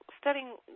studying